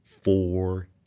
four